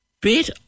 bit